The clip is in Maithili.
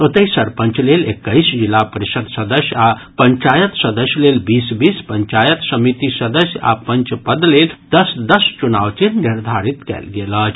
ओतहि सरपंच लेल एक्कैस जिला परिषद् सदस्य आ पंचायत सदस्य लेल बीस बीस पंचायत समिति सदस्य आ पंच पद लेल दस दस चुनाव चिन्ह निर्धारित कयल गेल अछि